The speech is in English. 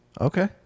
Okay